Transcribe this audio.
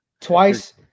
Twice